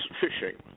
fishing